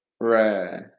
Right